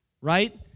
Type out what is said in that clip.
right